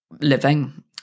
living